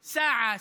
שעה,